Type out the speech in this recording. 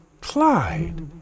Clyde